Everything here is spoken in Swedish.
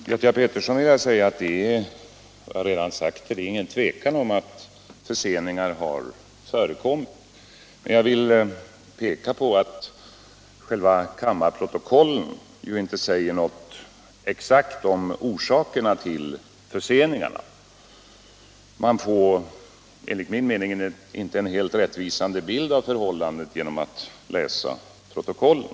Herr talman! Till herr Pettersson i Lund vill jag säga vad jag redan framhållit, nämligen att det inte är något tvivel om att förseningar har förekommit. Men jag vill peka på att kammarprotokollen inte ger något exakt besked om orsakerna till förseningarna. Man får enligt min mening inte en helt rättvisande bild av förhållandet genom att läsa protokollen.